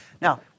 now